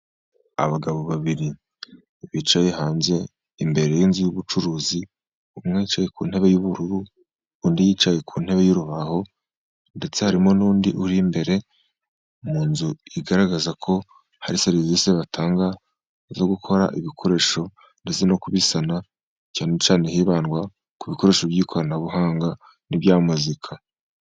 Abagabo babiri bicaye hanze imbere y'inzu y'ubucuruzi, umwe yicaye ku ntebe y'ubururu, undi yicaye ku ntebe y'urubaho, ndetse harimo n'undi uri imbere mu nzu, bigaragara ko hari serivisi batanga zo gukora ibikoresho, ndetse no kubisana, cyane cyane hibandwa ku bikoresho by'ikoranabuhanga n'ibya muzika.